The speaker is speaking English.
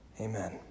Amen